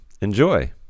Enjoy